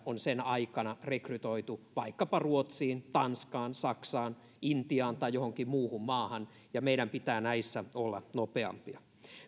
on sen aikana rekrytoitu vaikkapa ruotsiin tanskaan saksaan intiaan tai johonkin muuhun maahan ja meidän pitää näissä olla nopeampia